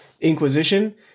Inquisition